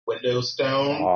Windowstone